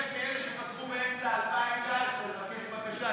יש כאלה שרצו מהם את ה-2019 כדי לבקש בקשה,